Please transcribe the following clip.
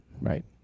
Right